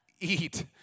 Eat